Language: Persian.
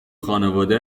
خانواده